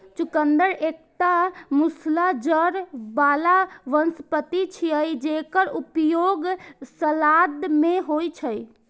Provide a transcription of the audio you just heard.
चुकंदर एकटा मूसला जड़ बला वनस्पति छियै, जेकर उपयोग सलाद मे होइ छै